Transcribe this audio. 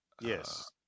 Yes